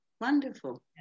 Wonderful